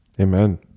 Amen